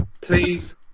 Please